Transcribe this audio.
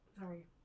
Sorry